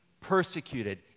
persecuted